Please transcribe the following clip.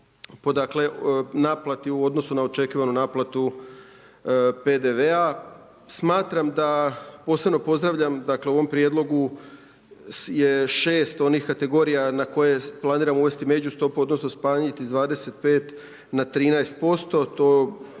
naplati u odnosu na očekivanu naplati PDV-a. Smatram da, posebno pozdravljam dakle u ovom prijedlogu je 6 onih kategorija n koje planiramo uvesti međustopu odnosno smanjiti sa 25 na 13%, to su